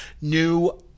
new